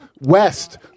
West